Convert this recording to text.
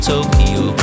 Tokyo